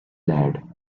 lad